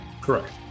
Correct